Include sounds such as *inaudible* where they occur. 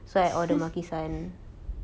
*laughs*